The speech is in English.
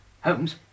Holmes